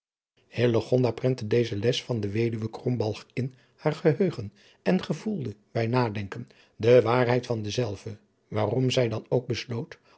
prentte deze les van de weduwe krombalg in haar geheugen en gevoelde bij nadenken de waarheid van dezelve waarom zij dan ook besloot